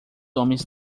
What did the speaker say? homens